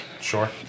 Sure